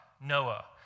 Noah